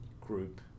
group